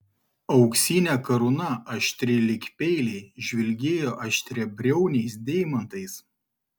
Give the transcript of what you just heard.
auksinė karūna aštri lyg peiliai žvilgėjo aštriabriauniais deimantais